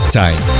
time